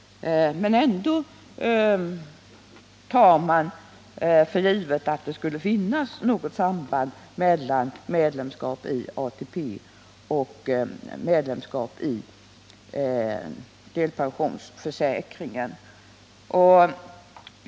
Men ändå tar man på socialdemokratiskt håll för givet att det skulle finnas något samband mellan medlemskap i ATP och medlemskap i delpensionsförsäkringen.